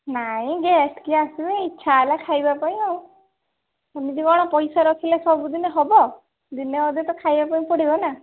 ନାଇଁ ଯେ ଏତିକି ଆସିବେ ଇଚ୍ଛା ହେଲା ଖାଇବା ପାଇଁ ଆଉ ସେମିତି କ'ଣ ପଇସା ରଖିଲେ ସବୁଦିନ ହେବ ଦିନେ ଅଧେ ତ ଖାଇବା ପାଇଁ ପଡ଼ିବ ନା